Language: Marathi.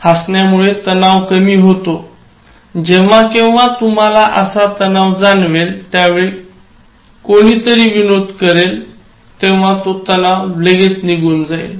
हसण्यामुळे तणाव कमी होतो जेव्हाकेव्हा तुम्हाला असा तणाव जाणवेल व त्यावेळी कोणीतरी विनोद करेल तेव्हा तो तणाव लगेच निघून जाईल